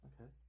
Okay